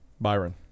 byron